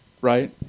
right